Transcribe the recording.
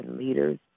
leaders